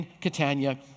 Catania